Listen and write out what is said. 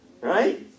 right